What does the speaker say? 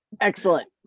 Excellent